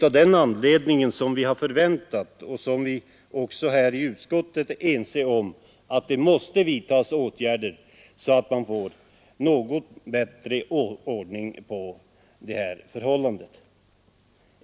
Av den anledningen förväntar utskottet — det är vi också eniga om — att det skall vidtagas åtgärder, så att man får en bättre ordning.